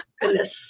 Goodness